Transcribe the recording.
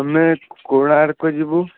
ଆମେ କୋଣାର୍କ ଯିବୁ